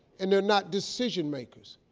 and they're not decision makers,